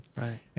Right